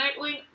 Nightwing